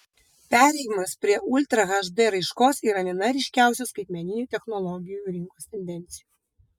perėjimas prie ultra hd raiškos yra viena ryškiausių skaitmeninių technologijų rinkos tendencijų